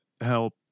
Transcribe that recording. help